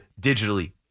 digitally